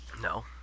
No